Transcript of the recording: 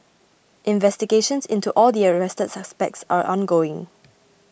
investigations into all the arrested suspects are ongoing